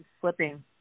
slipping